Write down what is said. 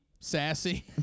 Sassy